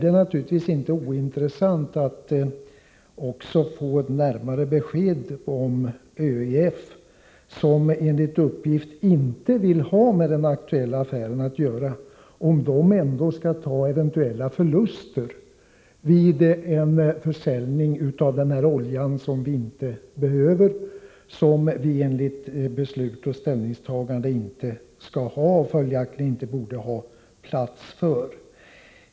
Det är naturligtvis inte ointressant att också få närmare besked om ÖEF - som enligt uppgift inte vill ha med den aktuella affären att göra — ändå skall ta eventuella förluster vid en försäljning av den här oljan som vi inte behöver, som vi enligt beslut och ställningstaganden inte skall ha och följaktligen inte borde ha plats för.